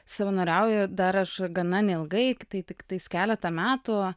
savanoriauju dar aš gana neilgai tai tiktais keletą metų